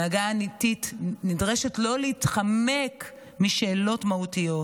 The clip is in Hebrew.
הנהגה אמיתית נדרשת לא להתחמק משאלות מהותיות.